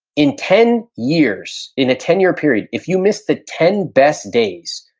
in ten years, in a ten year period, if you missed the ten best days,